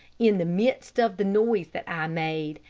in the midst of the noise that i made,